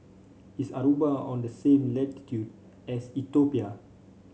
is Aruba on the same latitude as Ethiopia